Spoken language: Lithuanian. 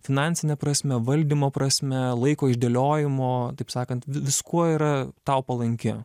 finansine prasme valdymo prasme laiko išdėliojimo taip sakant vi viskuo yra tau palanki